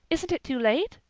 isn't it too late?